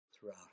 throughout